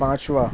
پانچ واں